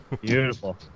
Beautiful